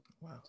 wow